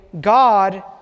God